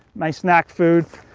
my snack food.